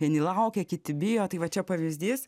vieni laukia kiti bijo tai va čia pavyzdys